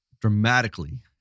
dramatically